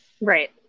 Right